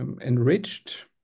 enriched